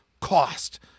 cost